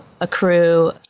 accrue